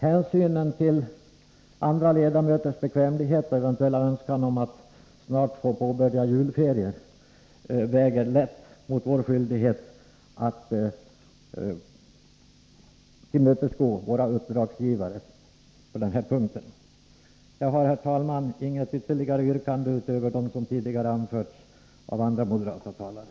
Hänsyn till andra ledamöters bekvämlighet och eventuella önskan om att snart få påbörja julferier väger lätt mot vår skyldighet att tillmötesgå våra uppdragsgivare på den här punkten. Herr talman! Jag har inget ytterligare yrkande utöver dem som tidigare anförts av andra moderata talare.